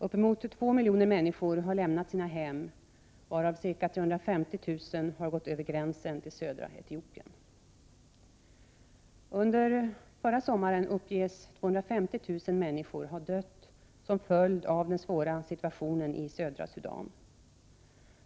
Uppemot två miljoner människor har lämnat sina hem, varav ca 350 000 har gått över gränsen till södra Etiopien. Under förra sommaren uppges 250 000 människor ha dött som en följd av den svåra situationen i södra Sudan.